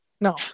no